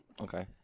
Okay